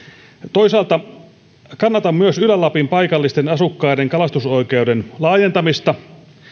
toisaalta kannatan myös ylä lapin paikallisten asukkaiden kalastusoikeuden laajentamista